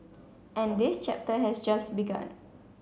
and this chapter has just begun